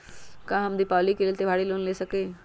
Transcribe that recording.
का हम दीपावली के लेल त्योहारी लोन ले सकई?